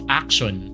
action